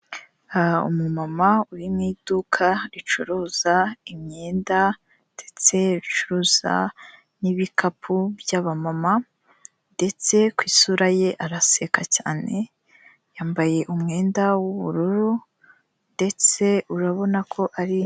Umumama uri mu iduka ricuruza imyenda ndetse ricuruza n'ibikapu by'abamama ndetse ku isura ye araseka cyane, yambaye umwenda w'ubururu ndetse urabona ko ari